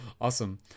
Awesome